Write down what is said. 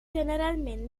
generalment